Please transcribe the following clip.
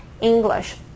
English